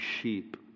sheep